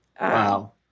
Wow